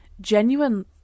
genuine